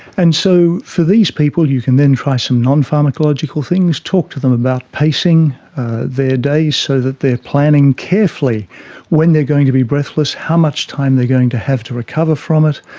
and so for these people you can then try some nonpharmacological things, talk to them about pacing their day so that they are planning carefully when they are going to be breathless, how much time they are going to have to recover from it.